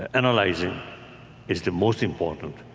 analyzing is the most important.